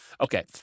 okay